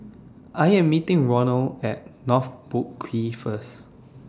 I Am meeting Ronal At North Boat Quay First